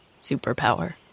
superpower